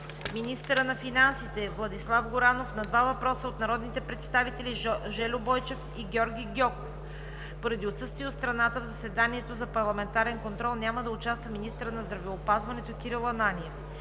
министърът на финансите Владислав Горанов на два въпроса от народните представители Жельо Бойчев и Георги Гьоков. Поради отсъствие от страната в заседанието за парламентарен контрол няма да участва министърът на здравеопазването Кирил Ананиев.